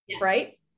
right